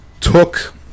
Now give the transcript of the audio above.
took